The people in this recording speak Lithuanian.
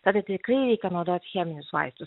tada tikrai reikia naudot cheminius vaistus